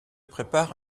prépare